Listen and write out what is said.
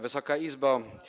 Wysoka Izbo!